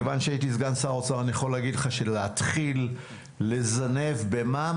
מכיוון שהייתי סגן שר האוצר אני יכול להגיד לך שלא לזנב במע"מ,